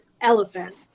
elephant